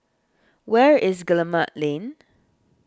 where is Guillemard Lane